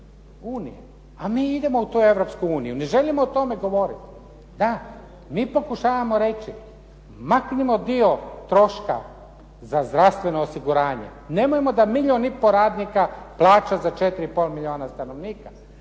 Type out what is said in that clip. unije. A mi idemo u tu Europsku uniju. Ne želimo o tome govoriti. Da. Mi pokušavamo reći maknimo dio troška za zdravstveno osiguranje. Nemojmo da milijun i pol radnika plaća za 4 i pol milijuna stanovnika.